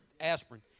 aspirin